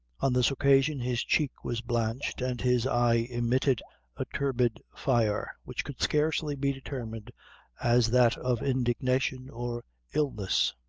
on this occasion his cheek was blanched and his eye emitted a turbid fire, which could scarcely be determined as that of indignation or illness.